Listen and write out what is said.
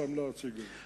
ושם להציג את זה.